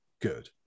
good